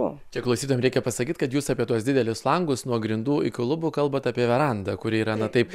čia klausytojam reikia pasakyt kad jūs apie tuos didelius langus nuo grindų iki lubų kalbat apie verandą kuri yra na taip